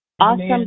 Awesome